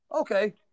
Okay